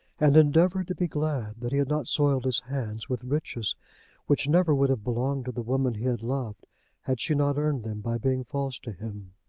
and endeavoured to be glad that he had not soiled his hands with riches which never would have belonged to the woman he had loved had she not earned them by being false to him.